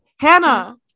hannah